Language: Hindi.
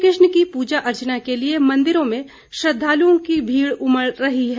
कृष्ण की पूजा अर्चना के लिए मंदिरों में श्रद्धालुओं की भीड़ उमड़ रही है